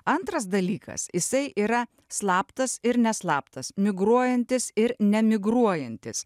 antras dalykas jisai yra slaptas ir neslaptas migruojantis ir nemigruojantis